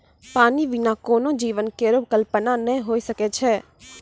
पानी बिना कोनो जीवन केरो कल्पना नै हुए सकै छै?